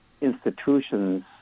institutions